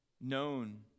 known